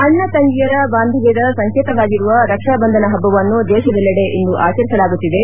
ಅಣ್ಣ ತಂಗಿಯರ ಬಾಂಧವ್ಯದ ಸಂಕೇತವಾಗಿರುವ ರಕ್ಷಾ ಬಂಧನ ಹಬ್ಬವನ್ನು ದೇಶದೆಲ್ಲೆಡೆ ಇಂದು ಆಚರಿಸಲಾಗುತ್ತಿದೆ